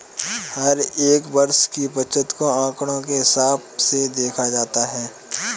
हर एक वर्ष की बचत को आंकडों के हिसाब से देखा जाता है